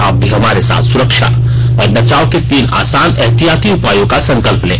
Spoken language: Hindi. आप भी हमारे साथ सुरक्षा और बचाव के तीन आसान एहतियाती उपायों का संकल्प लें